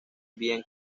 bien